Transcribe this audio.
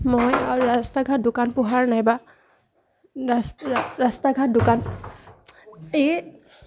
মই আৰু ৰাস্তা ঘাট দোকান পোহাৰ নাইবা ৰাস্ ৰাস্তা ঘাট দোকান এই